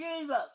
Jesus